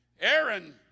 Aaron